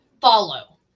Follow